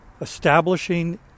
establishing